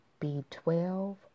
B12